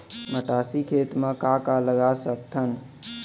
मटासी खेत म का का लगा सकथन?